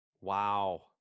Wow